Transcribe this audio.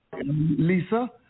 Lisa